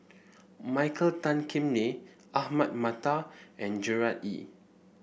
Michael Tan Kim Nei Ahmad Mattar and Gerard Ee